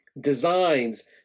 designs